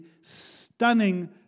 stunning